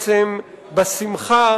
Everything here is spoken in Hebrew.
חולק בשמחה